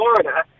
florida